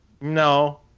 No